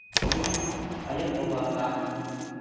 ᱤᱧᱟᱹᱜ ᱟᱭᱳᱼᱵᱟᱵᱟ ᱦᱟᱸᱜ